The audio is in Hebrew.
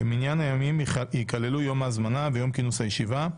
במניין הימים ייכללו יום ההזמנה ויום כינוס הישיבה,